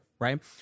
right